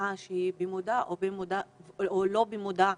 לתופעה שהיא במודע או שלא במודע,